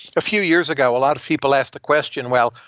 a few years ago a lot of people asked the question, well,